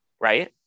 Right